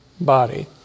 body